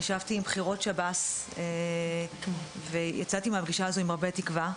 ישבתי עם בכירות שב"ס ויצאתי מהפגישה הזאת עם הרבה תקווה.